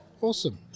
awesome